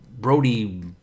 Brody